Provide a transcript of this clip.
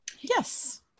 yes